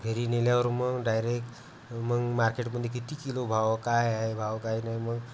घरी नेल्यावर मग डायरेक् मग मार्केटमध्ये किती किलो भाव काय आहे भाव काही नाही मग